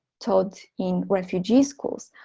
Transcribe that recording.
taught in refugee schools,